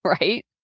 Right